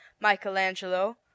michelangelo